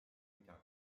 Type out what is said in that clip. midagi